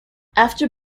after